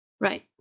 Right